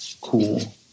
cool